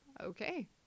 okay